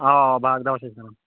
اَوا اَوا باغہٕ دَوا چھِ أسۍ کٕنَان